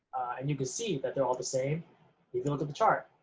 and you can see that they're all the same if you look at the chart.